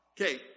Okay